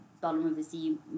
bottom-of-the-sea